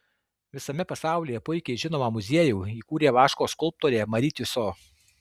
visame pasaulyje puikiai žinomą muziejų įkūrė vaško skulptorė mari tiuso